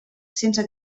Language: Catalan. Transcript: sense